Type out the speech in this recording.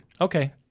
Okay